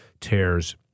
tears